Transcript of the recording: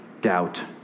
doubt